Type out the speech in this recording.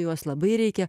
juos labai reikia